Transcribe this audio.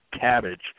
cabbage